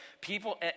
people